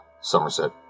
somerset